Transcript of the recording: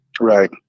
Right